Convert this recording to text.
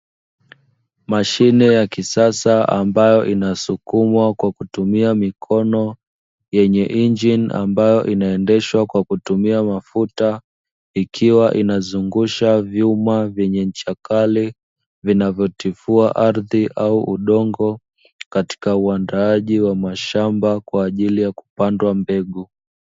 Mashine ya kisasa ambayo inasukumwa kwa kutumia mikono, yenye injini ambayo inaendeshwa kwa kutumia mafuta, ikiwa inazungusha vyuma vyenye ncha kali, vinavyotifua ardhi au udongo, katika uandaaji wa mashamba kwa ajili ya kupandwa mbegu.